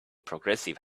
progressive